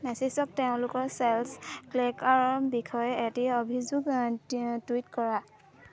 মেচিছক তেওঁলোকৰ চেলছ ক্লাৰ্কৰ বিষয়ে এটা অভিযোগ টুইট কৰা